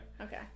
Okay